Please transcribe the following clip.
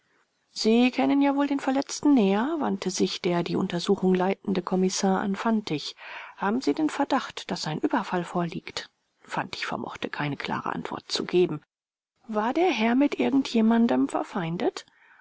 sie kennen ja wohl den verletzten näher wandte sich der die untersuchung leitende kommissar an fantig haben sie den verdacht daß ein überfall vorliegt fantig vermochte keine klare antwort zu geben war der herr mit irgend jemandem verfeindet